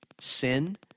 sin